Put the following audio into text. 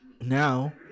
now